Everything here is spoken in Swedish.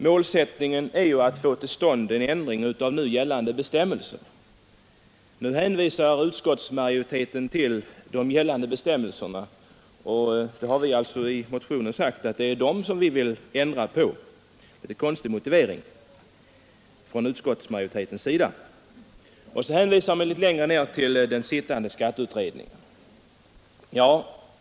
Målsättningen är att få till stånd en ändring av bestämmelserna. Utskottsmajoriteten hänvisar till de gällande bestämmelserna, men i motionen har vi sagt att vi vill ändra på dem. Det är alltså en konstig motivering från utskottsmajoritetens sida. Vidare hänvisar utskottsmajoriteten till den sittande skatteutredningen.